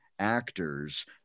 actors